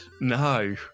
no